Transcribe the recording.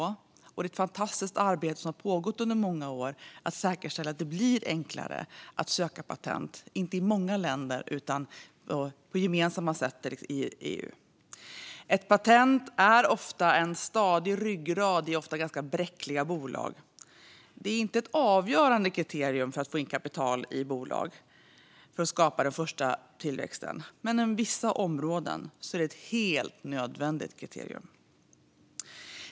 I många år har ett fantastiskt arbete pågått med att säkerställa att det blir enklare att söka patent, inte i många länder utan på ett gemensamt sätt i EU. Ett patent är en stadig ryggrad i ofta ganska bräckliga bolag. Det är inget avgörande kriterium för att få in kapital i bolag och skapa den första tillväxten. Men inom vissa områden är det ett helt nödvändigt kriterium.